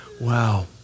Wow